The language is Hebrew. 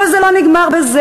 אבל זה לא נגמר בזה.